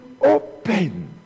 opened